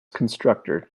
constructor